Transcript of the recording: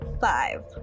Five